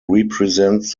represents